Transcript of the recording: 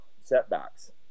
setbacks